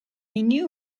new